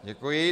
Děkuji.